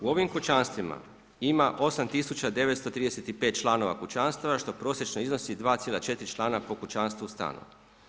U ovim kućanstvima ima 8935 članova kućanstva što prosječno iznosi 2,4 člana po kućanstvu stana.